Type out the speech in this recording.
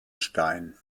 stein